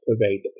pervade